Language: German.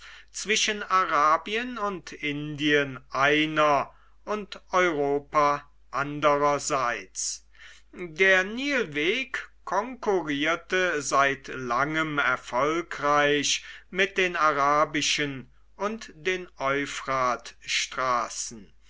zwischen arabien und indien einer und europa andererseits der nilweg konkurrierte seit langem erfolgreich mit den arabischen und den